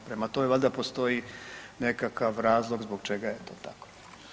Prema tome valjda postoji nekakav razlog zbog čega je to tako.